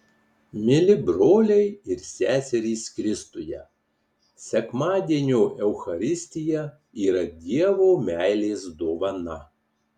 mieli broliai ir seserys kristuje sekmadienio eucharistija yra dievo meilės dovana